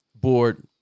board